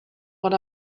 what